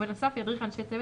ובנוסף, ידריך אנשי צוות